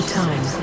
time